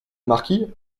marquis